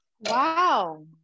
Wow